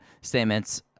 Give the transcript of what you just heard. statements